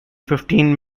fifteen